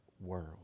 world